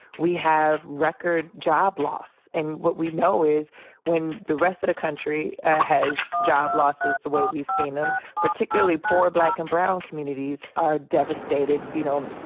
we have record job loss. and what we know is when the rest of the country has job losses the way we've seen them, particularly poor black and brown communities are devastated, you know,